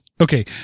Okay